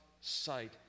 sight